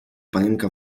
panienka